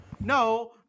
No